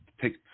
take